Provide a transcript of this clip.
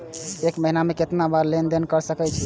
एक महीना में केतना बार लेन देन कर सके छी?